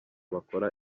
bakora